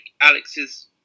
Alex's